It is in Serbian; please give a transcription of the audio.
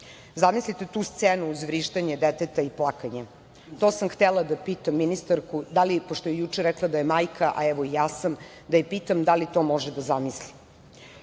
Zamislite tu scenu uz vrištanje deteta i plakanje. To sam htela da pitam ministarku, pošto je juče rekla da je majka, a evo i ja sam – da li to može da zamisli? Ipak,